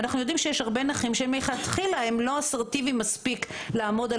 אנחנו יודעים שיש הרבה נכים שמלכתחילה הם לא אסרטיביים מספיק לעמוד על